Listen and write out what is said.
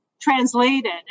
translated